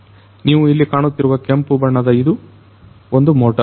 ನೀವು ಇಲ್ಲಿ ಕಾಣುತ್ತಿರುವ ಕೆಂಪುಬಣ್ಣದ ಇದು ಒಂದು ಮೋಟರ್